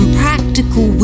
practical